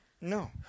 No